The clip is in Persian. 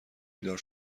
بیدار